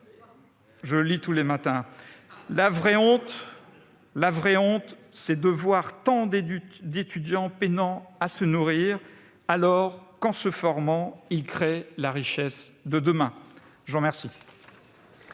étudiant disait :« La vraie honte, c'est de voir tant d'étudiants peinant à se nourrir, alors qu'en se formant, ils créent la richesse de demain. » La parole